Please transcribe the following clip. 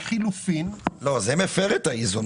זה מפר את האיזון.